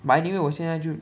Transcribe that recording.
but anyway 我现在就